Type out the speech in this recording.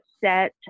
set